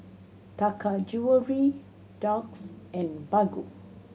Taka Jewelry Doux and Baggu